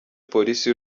polisi